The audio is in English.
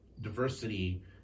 diversity